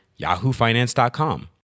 YahooFinance.com